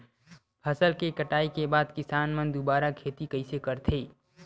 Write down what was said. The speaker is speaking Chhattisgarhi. फसल के कटाई के बाद किसान मन दुबारा खेती कइसे करथे?